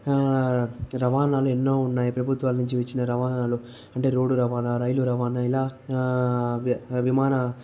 రవాణాలు ఎన్నో ఉన్నాయి ప్రభుత్వాల నుంచి వచ్చిన రవాణాలు అంటే రోడ్డు రవాణా రైలు రవాణా ఇలా విమాన